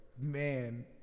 man